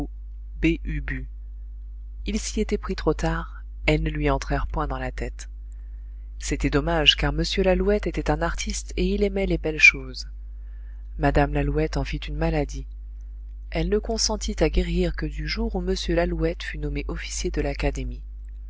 il s'y était pris trop tard elles ne lui entrèrent point dans la tête c'était dommage car m lalouette était un artiste et il aimait les belles choses mme lalouette en fit une maladie elle ne consentit à guérir que du jour où m lalouette fut nommé officier de l'académie